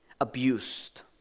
abused